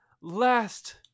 last